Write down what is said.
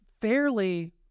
fairly